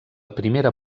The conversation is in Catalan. primera